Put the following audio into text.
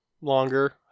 longer